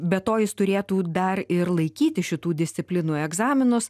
be to jis turėtų dar ir laikyti šitų disciplinų egzaminus